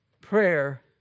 prayer